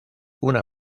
una